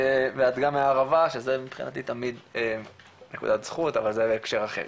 ואת גם מהערבה שזה מבחינתי תמיד נקודת זכות אבל זה בהקשר אחר.